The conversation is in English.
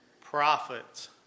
prophets